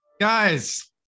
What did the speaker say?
Guys